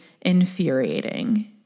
infuriating